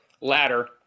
ladder